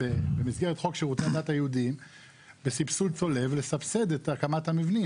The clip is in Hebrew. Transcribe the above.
במסגרת חוק שירותי הדת היהודים בסבסוד צולב לסבסד את הקמת המבנים.